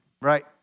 right